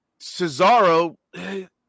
Cesaro